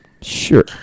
Sure